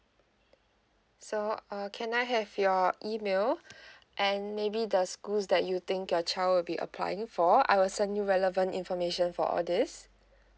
so uh can I have your email and maybe the schools that you think your child will be applying for I will send you relevant information for all this